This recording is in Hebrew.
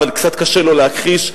וקצת קשה לו להכחיש.